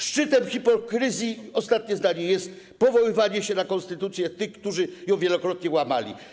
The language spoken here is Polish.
Szczytem hipokryzji - ostatnie zdanie - jest powoływanie się na konstytucję przez tych, którzy ją wielokrotnie łamali.